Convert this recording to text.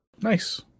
Nice